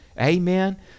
Amen